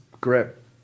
grip